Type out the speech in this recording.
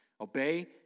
Obey